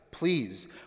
Please